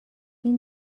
این